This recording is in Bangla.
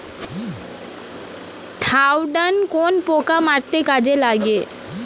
থাওডান কোন পোকা মারতে কাজে লাগে?